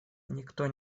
никто